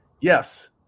Yes